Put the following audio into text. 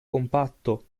compatto